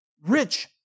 Rich